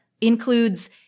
includes